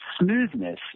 smoothness